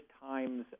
times